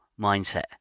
mindset